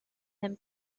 him